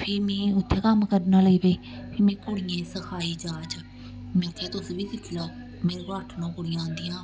फ्ही मी उत्थै कम्म करना लेई पेई फ्ही में कुड़ियें गी सखाई जाच में आखेआ तुस बी दिक्खी लैओ मेरे कोला अट्ठ नौ कुड़ियां औंदियां